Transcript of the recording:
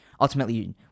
ultimately